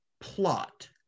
plot